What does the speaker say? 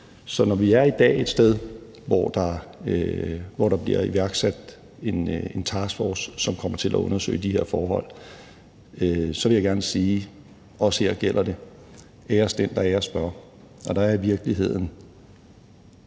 Så når vi i dag er et sted, hvor der bliver iværksat en taskforce, som kommer til at undersøge de her forhold, vil jeg gerne sige, at også her gælder det: æres den, der æres bør, og der er i virkeligheden